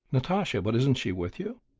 nastasia but isn't she with you?